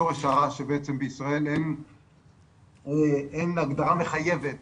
שורש הרע שבעצם בישראל אין הגדרה מחייבת